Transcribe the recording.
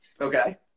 Okay